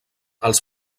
els